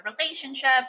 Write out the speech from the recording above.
relationship